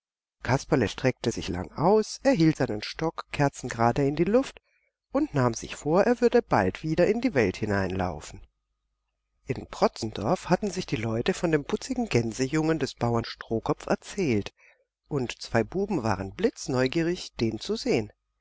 kasperle streckte sich lang aus er hielt seinen stock kerzengerade in die luft und nahm sich vor er würde bald weiter in die welt hineinlaufen in protzendorf hatten sich die leute von dem putzigen gänsejungen des bauern strohkopf erzählt und zwei buben waren blitzneugierig den zu sehen